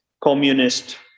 communist